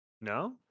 No